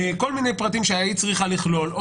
כל מיני פרטים שהיית צריכה לכלול או